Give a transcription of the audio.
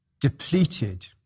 depleted